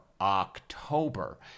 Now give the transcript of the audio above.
October